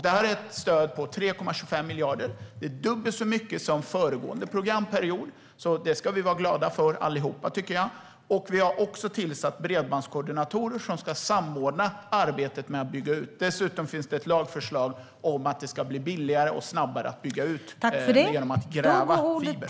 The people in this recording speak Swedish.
Det är ett stöd på 3,25 miljarder, vilket är dubbelt så mycket som under föregående programperiod. Det tycker jag att vi ska vara glada för allihop. Vi har också tillsatt bredbandskoordinatorer som ska samordna arbetet med att bygga ut. Dessutom finns det ett lagförslag om att det ska bli billigare och snabbare att bygga ut genom att gräva fiber.